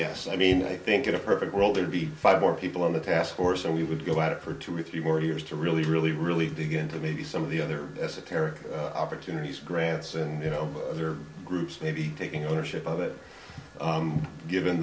yes i mean i think in a perfect world there to be five more people on the task force and we would go out for two or three more years to really really really dig into maybe some of the other esoteric opportunities grants and you know other groups maybe taking ownership of it given